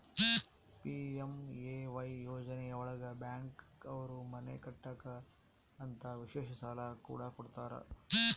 PMAY ಯೋಜನೆ ಒಳಗ bank ಅವ್ರು ಮನೆ ಕಟ್ಟಕ್ ಅಂತ ವಿಶೇಷ ಸಾಲ ಕೂಡ ಕೊಡ್ತಾರ